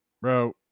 Bro